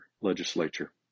legislature